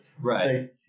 Right